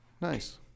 Nice